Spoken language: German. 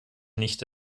nicht